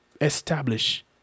establish